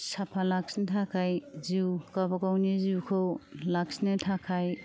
साफा लाखिनो थाखाय जिउ गावबा गावनि जिउखौ लाखिनो थाखाय